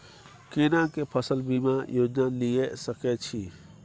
केना के फसल बीमा योजना लीए सके छी?